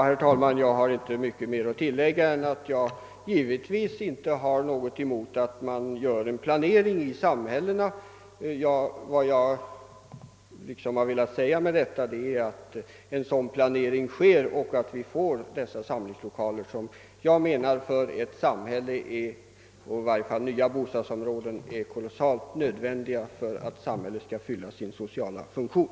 Herr talman! Jag har inte mycket mer att tillägga än att jag givetvis inte har något emot att man gör en planering i samhällena. Vad jag velat påpeka är vikten av att en sådan planering kommer till stånd och att vi får dessa samlingslokaler, som — i varje fall i nya bostadsområden — är nödvändiga för att ett samhälle skall fylla sin sociala funktion.